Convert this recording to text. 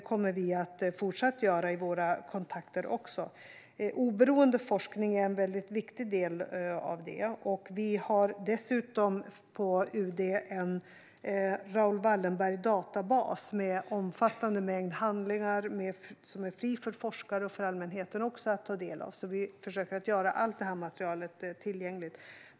Vi kommer att fortsätta sträva efter att uppnå detta genom våra kontakter. Oberoende forskning är en väldigt viktig del i detta. På UD har vi dessutom en Raoul Wallenberg-databas med en omfattande mängd handlingar som det är fritt för forskare och allmänhet att ta del av. Vi försöker göra allt material tillgängligt.